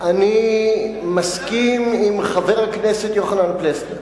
אני מסכים עם חבר הכנסת יוחנן פלסנר,